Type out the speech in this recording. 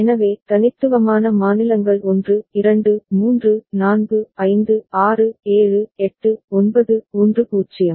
எனவே தனித்துவமான மாநிலங்கள் 1 2 3 4 5 6 7 8 9 10